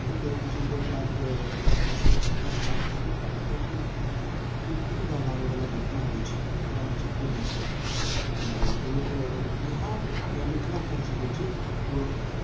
बहुत एहेन छै जे अइके बाद समस्यायिक घटना के बात करबै तऽ अपना अइ ठाम एकटा दिल दहलाबइबला घटना होइ छै बड़ा बिचित्र हइ छै कहियौ तऽ बिहार या मिथिला कैह सकै छियै